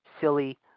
silly